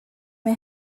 mae